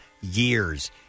years